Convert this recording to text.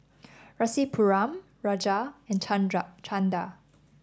Rasipuram Raja and Chanda